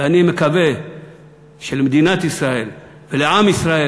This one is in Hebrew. ואני מקווה שלמדינת ישראל ולעם ישראל